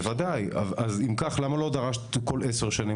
בוודאי, אז אם כך למה לא דרשת כל 10 שנים?